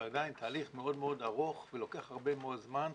עדיין תהליך מאוד מאוד ארוך ולוקח הרבה מאוד זמן,